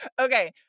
Okay